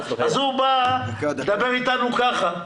אז הוא בא, מדבר איתנו ככה.